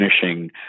finishing